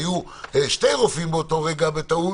היו שני רופאים באותו רגע בטעות.